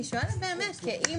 אני שואלת כאימא,